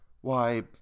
Why—